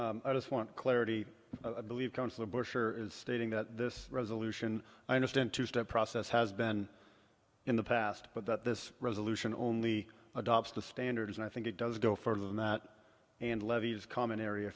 roof i just want clarity believe counselor bush or stating that this resolution i understand two step process has been in the past but that this resolution only adopts the standards and i think it does go further than that and levies common area